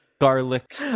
garlic